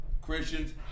Christians